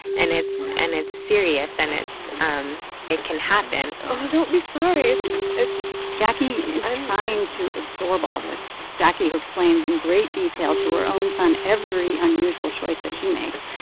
and it's and it's serious, and it's um it can happen oh, don't be sorry. it's. jacquie is trying to absorb all this jacquie, who explains, in great detail, to her own son every unusual choice that she makes.